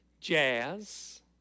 jazz